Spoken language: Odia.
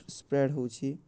ସ୍ପ୍ରେଡ଼୍ ହେଉଛି